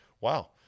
Wow